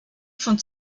von